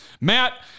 Matt